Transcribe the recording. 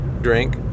drink